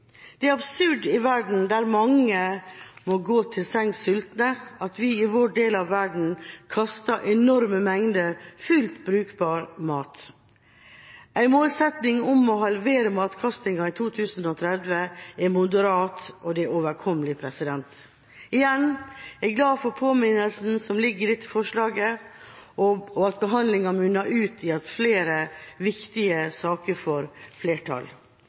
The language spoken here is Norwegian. Det er absurd i en verden der mange må gå til sengs sultne, at vi i vår del av verden kaster enorme mengder fullt brukbar mat. En målsetting om å halvere matkastinga i 2030 er moderat og overkommelig. Igjen: Jeg er glad for påminnelsen som ligger i dette forslaget, og for at behandlinga har munnet ut i at flere viktige saker får flertall.